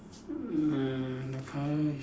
mm uh the colour is